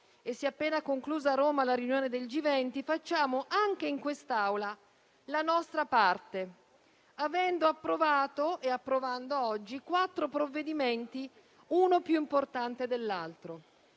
e si è appena conclusa a Roma la riunione del G20, facciamo anche in quest'Aula la nostra parte, approvando quattro provvedimenti, uno più importante dell'altro.